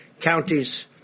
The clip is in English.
counties